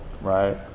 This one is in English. right